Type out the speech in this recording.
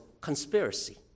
conspiracy